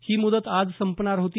ही मुदत आज संपणार होती